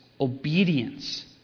Obedience